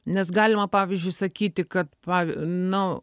nes galima pavyzdžiui sakyti kad pa nu